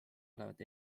olevat